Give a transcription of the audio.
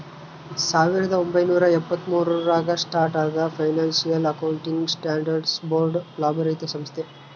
ಸಾವಿರದ ಒಂಬೈನೂರ ಎಪ್ಪತ್ತ್ಮೂರು ರಾಗ ಸ್ಟಾರ್ಟ್ ಆದ ಫೈನಾನ್ಸಿಯಲ್ ಅಕೌಂಟಿಂಗ್ ಸ್ಟ್ಯಾಂಡರ್ಡ್ಸ್ ಬೋರ್ಡ್ ಲಾಭರಹಿತ ಸಂಸ್ಥೆ